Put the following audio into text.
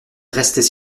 restaient